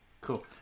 Cool